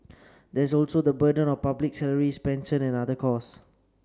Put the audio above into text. there is also the burden of public salaries pensions and other costs